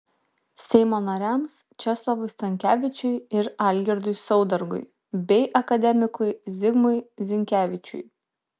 seimo nariams česlovui stankevičiui ir algirdui saudargui bei akademikui zigmui zinkevičiui